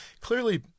clearly